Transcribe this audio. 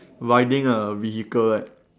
riding a vehicle right